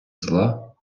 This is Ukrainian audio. зла